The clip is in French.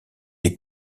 les